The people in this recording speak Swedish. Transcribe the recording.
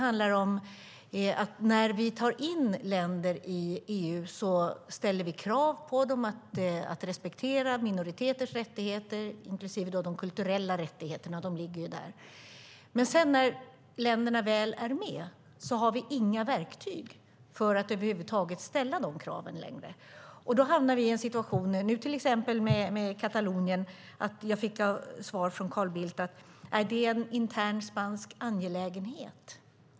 När vi tar in länder i EU ställer vi krav på att de ska respektera minoriteters rättigheter, inklusive de kulturella rättigheterna, men när länderna väl är med har vi inte längre några verktyg för att kunna ställa sådana krav. När det till exempel gäller Katalonien fick jag svaret av Carl Bildt att det kan vara en intern spansk angelägenhet.